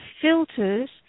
filters